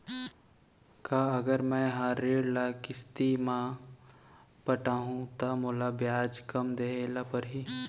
का अगर मैं हा ऋण ल किस्ती म पटाहूँ त मोला ब्याज कम देहे ल परही?